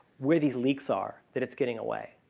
where these leaks are that it's getting away.